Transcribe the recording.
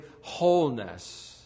wholeness